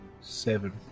seven